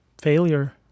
failure